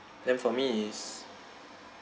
then for me is